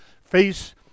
face